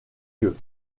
yeux